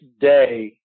day